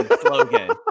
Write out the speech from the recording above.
slogan